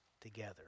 together